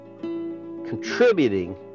contributing